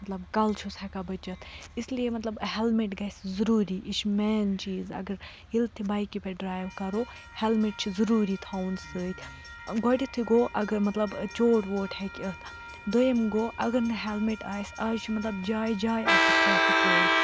مطلب کَلہٕ چھُس ہٮ۪ان بٔچِتھ اِسلیے مطلب ہٮ۪لمِٹ گژھِ ضُروٗری یہِ چھِ مین چیٖز اگر ییٚلہِ تہِ بایکہِ پٮ۪ٹھ ڈرٛایو کَرو ہٮ۪لمِٹ چھُ ضُروٗری تھاوُن سۭتۍ گۄڈٮ۪تھٕے گوٚو اگر مطلب چوٹ ووٹ ہٮ۪کہِ اِتھ دوٚیِم گوٚو اگر نہٕ ہٮ۪لمِٹ آسہِ آز چھُ مطلب جایہِ جایہِ آسان ٹرٮ۪فِک وٲلۍ